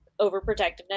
overprotectiveness